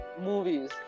movies